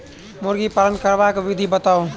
मुर्गी पालन करबाक विधि बताऊ?